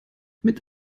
mit